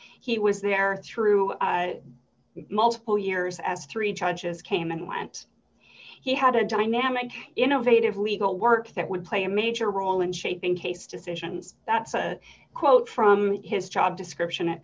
he was there or through multiple years as three judges came and went he had a dynamic innovative legal work that would play a major role in shaping case decisions that's a quote from his job description at